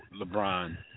LeBron